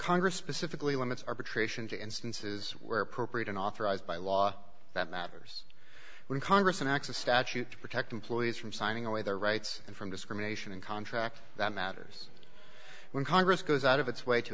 congress specifically limits arbitration to instances where appropriate and authorized by law that matters when congress and acts of statute to protect employees from signing away their rights and from discrimination and contract that matters when congress goes out of its way to